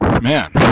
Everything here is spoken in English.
Man